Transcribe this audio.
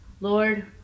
Lord